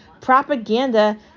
propaganda